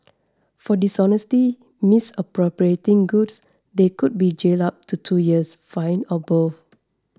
for dishonestly misappropriating goods they could be jailed up to two years fined or both